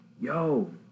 Yo